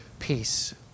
peace